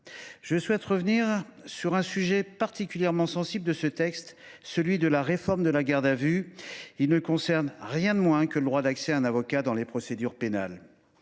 Je souhaite revenir sur un sujet particulièrement sensible de ce texte, celui de la réforme de la garde à vue, qui ne concerne rien de moins que le droit d’accès à un avocat dans la procédure pénale.